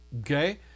Okay